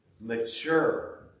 mature